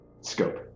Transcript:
scope